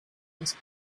this